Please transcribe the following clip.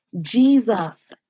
Jesus